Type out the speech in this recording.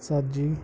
ژتجی